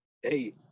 hey